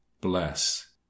bless